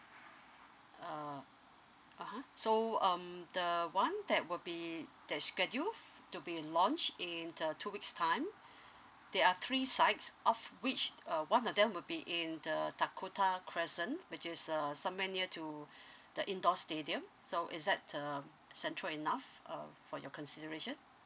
uh (uh huh) so um the one that will be that schedule f~ to be launched in uh two weeks' time there are three sites of which uh one of them will be in the dakota crescent which is uh somewhere near to the indoor stadium so is that uh central enough uh for your consideration